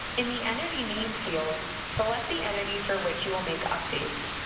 in the entity name field, select the entity for which you will make updates.